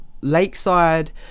Lakeside